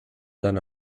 than